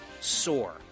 soar